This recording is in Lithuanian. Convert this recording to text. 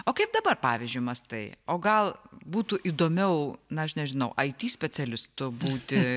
o kaip dabar pavyzdžiui mąstai o gal būtų įdomiau na aš nežinau it specialistų būti